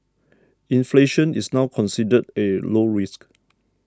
inflation is now considered a low risk